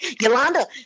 Yolanda